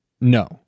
No